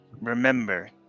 remember